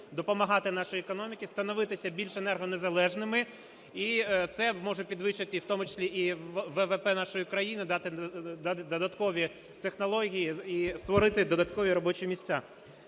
допомагати нашій економіці становитися більше енергонезалежними. І це може підвищити і в тому числі ВВП нашої країни, дати додаткові технології і створити додаткові робочі місця.